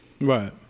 Right